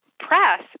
press